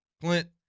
Clint